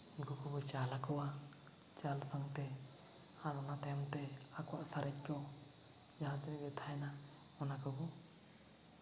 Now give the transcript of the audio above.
ᱩᱱᱠᱩ ᱠᱚᱵᱚ ᱪᱟᱞᱟᱠᱚᱣᱟ ᱪᱟᱞ ᱥᱟᱶᱛᱮ ᱟᱨ ᱚᱱᱟ ᱛᱟᱭᱚᱢ ᱛᱮ ᱟᱠᱚᱣᱟᱜ ᱥᱟᱨᱮᱡ ᱠᱚ ᱡᱟᱦᱟᱸ ᱛᱤᱱᱟᱹᱜ ᱜᱮ ᱛᱟᱦᱮᱱᱟ ᱚᱱᱟ ᱠᱚᱵᱚ